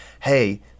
Hey